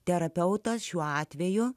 terapeutas šiuo atveju